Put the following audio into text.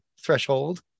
threshold